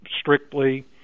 strictly